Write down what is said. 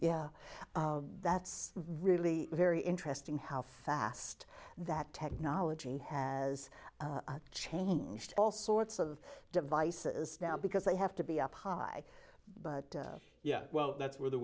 yeah that's really very interesting how fast that technology has changed all sorts of devices now because they have to be up high but yeah well that's where the